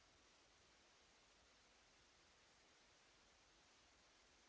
Grazie.